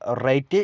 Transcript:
rate